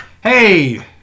hey